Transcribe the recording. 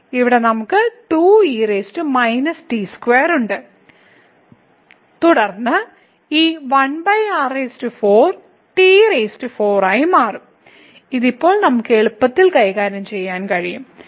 ഇവിടെ നമുക്ക് ഉണ്ട് തുടർന്ന് ഈ t4 ആയി മാറും ഇത് ഇപ്പോൾ നമുക്ക് എളുപ്പത്തിൽ കൈകാര്യം ചെയ്യാൻ കഴിയും